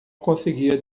conseguia